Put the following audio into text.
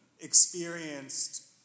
experienced